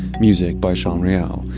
music by sean real,